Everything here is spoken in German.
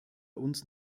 uns